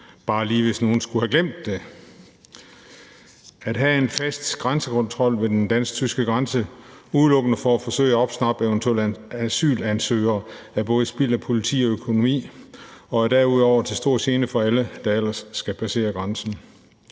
bare lige, hvis nogen skulle have glemt det. At have en fast grænsekontrol ved den dansk-tyske grænse udelukkende for at forsøge at opsnappe eventuelle asylansøgere er både spild af politi og økonomi og er derudover til stor gene for alle, der ellers skal passere grænsen.